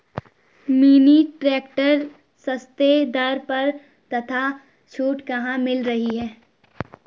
Mini tractor सस्ते दर पर तथा छूट कहाँ मिल रही है?